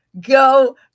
go